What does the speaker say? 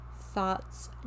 thoughts